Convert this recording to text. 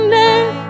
name